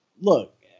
look